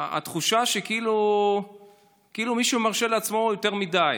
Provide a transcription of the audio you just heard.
תחושה שכאילו מישהו מרשה לעצמו יותר מדי.